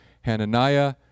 Hananiah